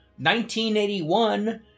1981